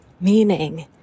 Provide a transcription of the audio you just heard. meaning